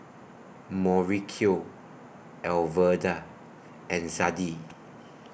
Mauricio Alverda and Zadie